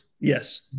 Yes